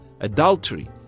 adultery